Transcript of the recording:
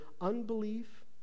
unbelief